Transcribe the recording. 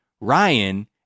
Ryan